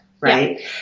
right